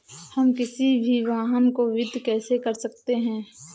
हम किसी भी वाहन को वित्त कैसे कर सकते हैं?